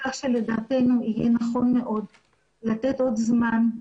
לדעתנו יהיה נכון מאוד לתת עוד זמן.